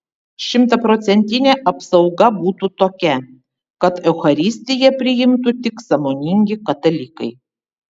šimtaprocentinė apsauga būtų tokia kad eucharistiją priimtų tik sąmoningi katalikai